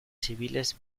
civiles